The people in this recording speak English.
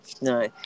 No